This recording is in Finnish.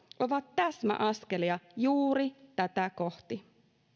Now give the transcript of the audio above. ovat täsmäaskelia juuri tätä kohti